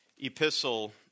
epistle